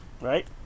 Right